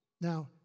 Now